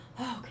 Okay